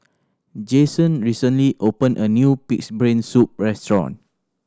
Jasen recently opened a new Pig's Brain Soup restaurant